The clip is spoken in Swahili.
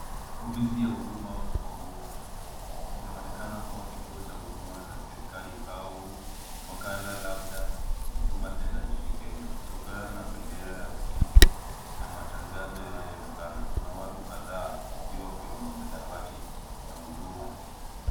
Ofisi ya huduma kwa umma. Inaonekana kuwa kituo cha huduma za serikali au wakala labda Huduma Centre nchini Kenya kutokana na bendera ya Kenya na matangazo yanayoonekana. Kuna watu kadhaa wakiwa kwenye madawati ya huduma.